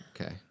Okay